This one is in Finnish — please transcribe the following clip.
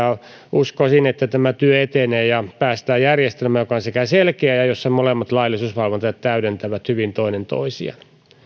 uskoisin että tämä työ etenee ja päästään järjestelmään joka on selkeä ja jossa molemmat laillisuusvalvojat täydentävät hyvin toinen toistaan